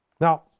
Now